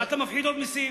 מה אתה מפחית עוד מסים?